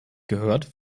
gehört